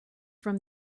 from